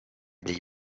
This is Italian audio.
dei